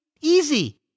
easy